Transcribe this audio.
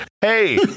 Hey